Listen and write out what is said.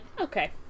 Okay